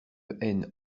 haine